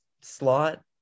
slot